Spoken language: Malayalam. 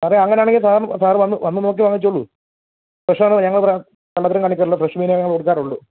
സാറെ അങ്ങനെയാണെങ്കി സാർ സാർ വന്ന് വന്നു നോക്കി വാങ്ങിച്ചോളൂ ഫ്രഷ് ആണ് ഞങ്ങൾ കള്ളത്തരം കാണിക്കാറില്ല ഫ്രഷ് മീനേ ഞങ്ങൾ കൊടുക്കാറുള്ളു